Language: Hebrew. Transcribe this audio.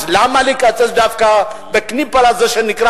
אז למה לקצץ דווקא ב"קניפעל" הזה שנקרא